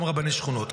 גם רבני שכונות.